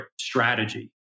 Strategy